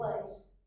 place